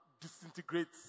disintegrates